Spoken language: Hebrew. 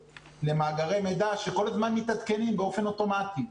למאגרי מידע שכל הזמן מתעדכנים באופן אוטומטי,